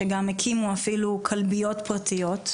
שגם הקימו אפילו כלביות פרטיות,